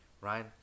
Ryan